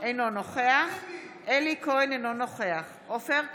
אינו נוכח אלי כהן, אינו נוכח עופר כסיף,